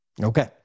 Okay